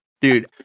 Dude